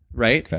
right?